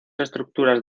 estructuras